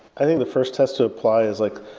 i think the first test to apply is like,